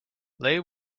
leigh